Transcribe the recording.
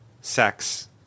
sex